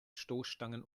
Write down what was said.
stoßstangen